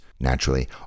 Naturally